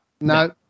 No